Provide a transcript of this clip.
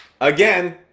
again